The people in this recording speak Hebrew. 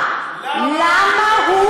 למה?